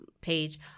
page